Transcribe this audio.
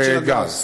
לגז.